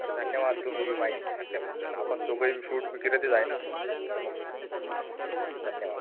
बरं धन्यवाद तुम्ही बी माहिती सांगितल्याबद्दल आपण दोघेही फ्रूट विक्रेतेच आहे ना त्यामुळे धन्यवाद